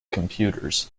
computers